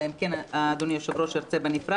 אלא אם כן אדוני היושב-ראש ירצה בנפרד.